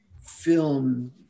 film